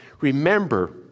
Remember